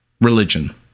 religion